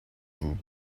vous